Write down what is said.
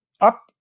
up